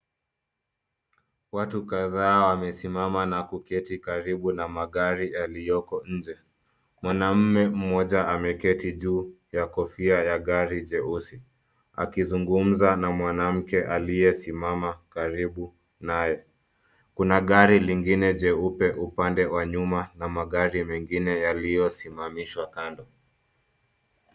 Watu kadhaa wamesimama na kuketi karibu na magari yaliyoko nje. Mwanaume mmoja ameketi juu ya kofia ya gari jeusi akizungumza na mwanamke aliyesimama karibu naye. Kuna gari lingine jeupe upande wa nyuma na magari mengine yaliyosimamishwa kando.